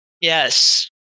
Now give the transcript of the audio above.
Yes